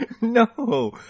No